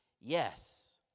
yes